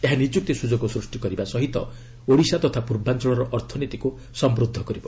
ଏହା ନିଯୁକ୍ତି ସୁଯୋଗ ସୃଷ୍ଟି କରିବା ସହ ଓଡ଼ିଶା ତଥା ପୂର୍ବାଞ୍ଚଳର ଅର୍ଥନୀତିକୁ ସମୃଦ୍ଧ କରିବ